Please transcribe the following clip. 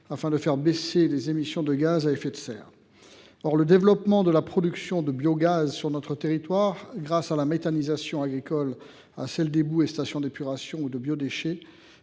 afin de faire baisser les émissions de gaz à effet de serre (GES). Or le développement de la production de biogaz sur notre territoire, grâce à la méthanisation agricole, à celle des boues de stations d’épuration ou des biodéchets,